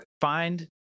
Find